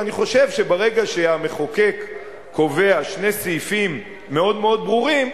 ואני חושב שברגע שהמחוקק קובע שני סעיפים מאוד מאוד ברורים,